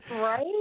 Right